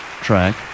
track